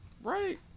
Right